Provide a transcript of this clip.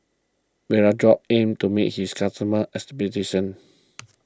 Vapodrops aims to meet its customers' expectations